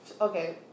Okay